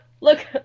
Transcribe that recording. look